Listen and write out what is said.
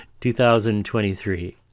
2023